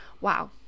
wow